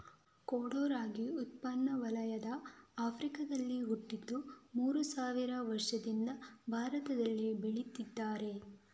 ಕೊಡೋ ರಾಗಿ ಉಷ್ಣವಲಯದ ಆಫ್ರಿಕಾದಲ್ಲಿ ಹುಟ್ಟಿದ್ದು ಮೂರು ಸಾವಿರ ವರ್ಷದಿಂದ ಭಾರತದಲ್ಲಿ ಬೆಳೀತಿದ್ದಾರೆ